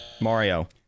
Mario